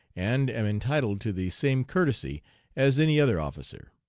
and am entitled to the same courtesy as any other officer.